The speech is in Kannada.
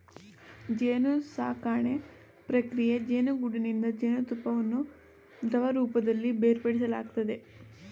ಜೇನುಸಾಕಣೆ ಪ್ರಕ್ರಿಯೆ ಜೇನುಗೂಡಿನಿಂದ ಜೇನುತುಪ್ಪವನ್ನು ದ್ರವರೂಪದಲ್ಲಿ ಬೇರ್ಪಡಿಸಲಾಗ್ತದೆ